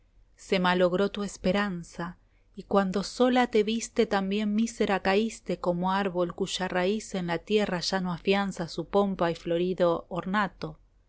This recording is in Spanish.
se malogró tu esperanza y cuando sola te viste también mísera caíste como árbol cuya raíz en la tierra ya no afianza su pompa y florido ornato nada